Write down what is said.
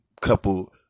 couple